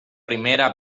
primera